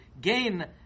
gain